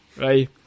Right